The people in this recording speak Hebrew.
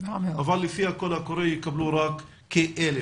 אבל לפי הקול הקורא יקבלו רק כ-1,000,